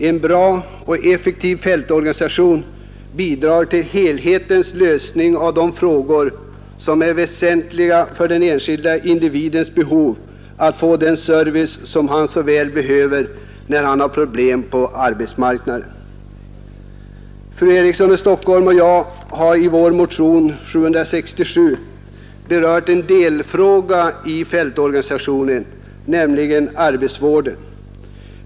En effektiv fältorganisation bidrar till en helhetslösning av de frågor som är väsentliga för den enskilda individen och tillgodoser hans behov av den service som han så väl behöver när han har problem på arbetsmarknaden. Fru Eriksson i Stockholm och jag har i vår motion 767 berört en delfråga i fältorganisationen, nämligen arbetsvården.